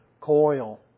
coil